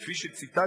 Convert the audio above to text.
כפי שציטטתי: